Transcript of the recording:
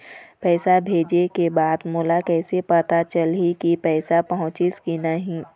पैसा भेजे के बाद मोला कैसे पता चलही की पैसा पहुंचिस कि नहीं?